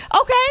okay